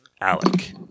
Alec